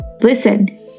listen